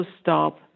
stop